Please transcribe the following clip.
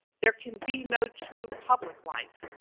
there can be no true public life,